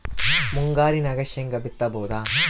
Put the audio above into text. ಮುಂಗಾರಿನಾಗ ಶೇಂಗಾ ಬಿತ್ತಬಹುದಾ?